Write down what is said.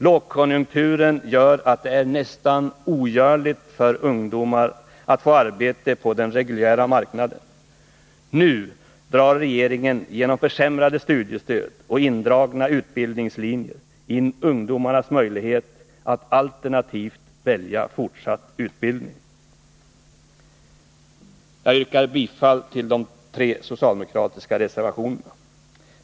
Lågkonjunkturen gör att det är nästan ogörligt för ungdomar att få arbete på den reguljära marknaden. Nu drar regeringen, genom försämrade studiestöd och indragna utbildningslinjer, in ungdomens möjligheter att alternativt välja fortsatt utbildning. Herr talman! Jag yrkar bifall till de tre socialdemokratiska reservationerna.